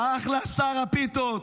--- אחלה, שר הפיתות.